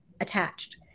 attached